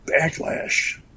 backlash